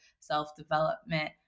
self-development